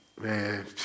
man